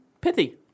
Pithy